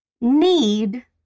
need